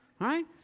right